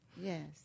Yes